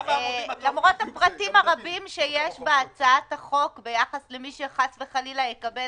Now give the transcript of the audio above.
למרות הפרטים הרבים שיש בהצעת החוק ביחס למי שחס וחלילה יקבל